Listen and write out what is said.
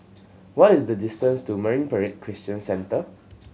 what is the distance to Marine Parade Christian Centre